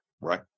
right